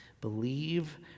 Believe